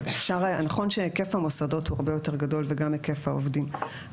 נכון שהיקף המוסדות הוא הרבה יותר גדול וגם היקף העובדים,